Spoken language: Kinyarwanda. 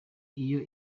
iyo